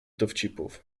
dowcipów